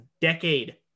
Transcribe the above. decade